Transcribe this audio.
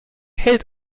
hält